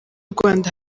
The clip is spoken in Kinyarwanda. rwanda